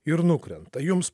ir nukrenta jums